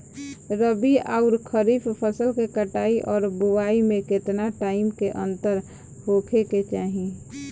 रबी आउर खरीफ फसल के कटाई और बोआई मे केतना टाइम के अंतर होखे के चाही?